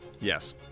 yes